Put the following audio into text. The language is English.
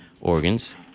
organs